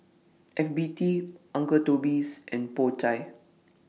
F B T Uncle Toby's and Po Chai